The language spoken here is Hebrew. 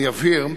אבהיר: